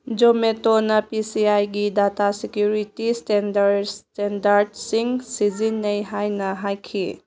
ꯖꯣꯃꯦꯇꯣꯅ P C ꯑꯥꯏꯒꯤ data security ꯏꯁꯇꯦꯟꯗꯔꯠꯁꯤꯡ ꯁꯤꯖꯤꯟꯅꯩ ꯍꯥꯏꯅ ꯍꯥꯏꯈꯤ